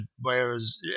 whereas